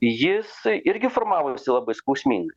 jis irgi formavosi labai skausmingai